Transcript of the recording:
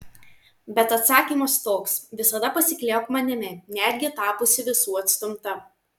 bet atsakymas toks visada pasikliauk manimi netgi tapusi visų atstumta